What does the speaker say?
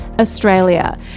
Australia